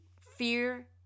fear